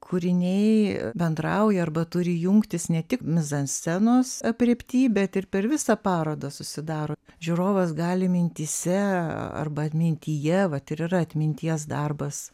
kūriniai bendrauja arba turi jungtis ne tik mizanscenos aprėpty bet ir per visą parodą susidaro žiūrovas gali mintyse arba atmintyje vat ir yra atminties darbas